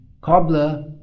cobbler